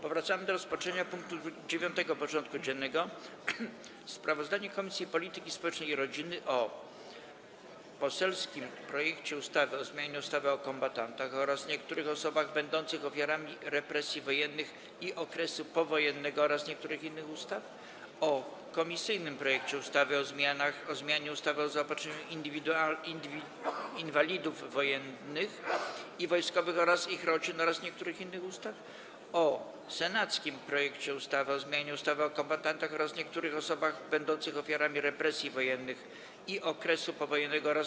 Powracamy do rozpatrzenia punktu 9. porządku dziennego: Sprawozdanie Komisji Polityki Społecznej i Rodziny: - o poselskim projekcie ustawy o zmianie ustawy o kombatantach oraz niektórych osobach będących ofiarami represji wojennych i okresu powojennego oraz niektórych innych ustaw, - o komisyjnym projekcie ustawy o zmianie ustawy o zaopatrzeniu inwalidów wojennych i wojskowych oraz ich rodzin oraz niektórych innych ustaw, - o senackim projekcie ustawy o zmianie ustawy o kombatantach oraz niektórych osobach będących ofiarami represji wojennych i okresu powojennego oraz